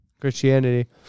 christianity